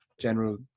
general